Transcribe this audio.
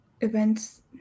events